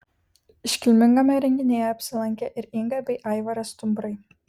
iškilmingame renginyje apsilankė ir inga bei aivaras stumbrai